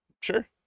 sure